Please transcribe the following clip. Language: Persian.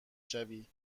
شوی